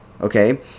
okay